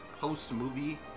post-movie